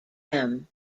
them